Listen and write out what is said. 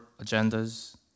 agendas